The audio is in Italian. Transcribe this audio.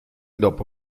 dopo